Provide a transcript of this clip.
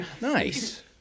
Nice